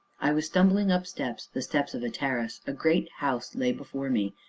i was stumbling up steps the steps of a terrace a great house lay before me,